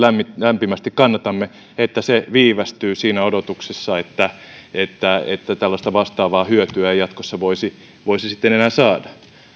lämpimästi kannatamme viivästyy siinä odotuksessa että että tällaista vastaavaa hyötyä ei jatkossa voisi voisi sitten enää saada